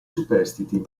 superstiti